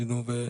אני